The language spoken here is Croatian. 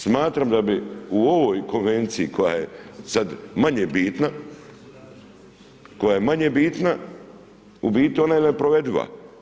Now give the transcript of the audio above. Smatram da bi u ovoj konvenciji, koja je sada manje bitna, koja je manje bitna, u biti ona je neprovediva.